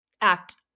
act